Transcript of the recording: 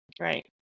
Right